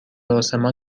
آسمان